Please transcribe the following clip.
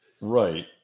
Right